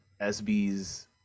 SBs